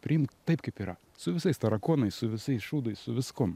priimk taip kaip yra su visais tarakonais su visais šūdais viskuom